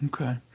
Okay